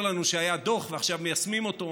לנו שהיה דוח ועכשיו מיישמים אותו,